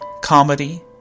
comedy